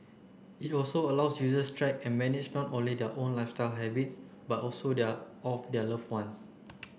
it also allows users track and manage not only their own lifestyle habits but also of their love ones